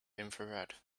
infrared